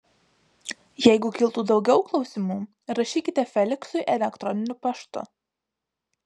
jeigu kiltų daugiau klausimų rašykite feliksui elektroniniu paštu